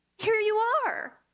here you are!